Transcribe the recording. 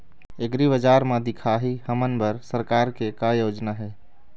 एग्रीबजार म दिखाही हमन बर सरकार के का योजना हे?